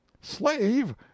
Slave